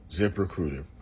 ZipRecruiter